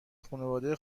خانواده